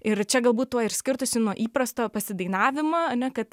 ir čia galbūt tuo ir skirtųsi nuo įprasto pasidainavimo ane kad